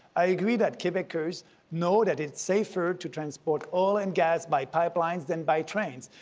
i agree that quebecers know that it's safer to transport oil and gas by pipelines than by trains.